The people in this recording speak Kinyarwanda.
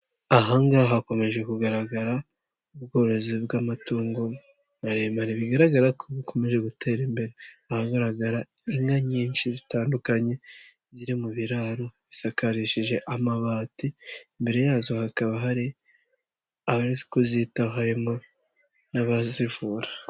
Aha ngaha hakomeje kugaragara ubworozi bw'amatungo maremare, bigaragara ko bukomeje gutera, ahagaragara inka nyinshi zitandukanye ziri mu biraro bisakarishije amabati, imbere yazo hakaba hari abari kuzitaho harimo n'abazivura.